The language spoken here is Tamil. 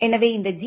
எனவே இந்த ஜி